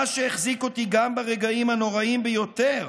מה שהחזיק אותי גם ברגעים הנוראיים ביותר